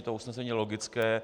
To usnesení je logické.